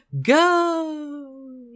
go